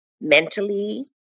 mentally